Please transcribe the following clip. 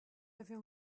avait